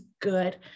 good